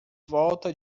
volta